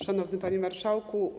Szanowny Panie Marszałku!